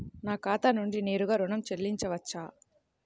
నా ఖాతా నుండి నేరుగా ఋణం చెల్లించవచ్చా?